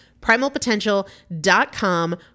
Primalpotential.com